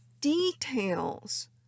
details